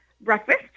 breakfast